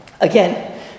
Again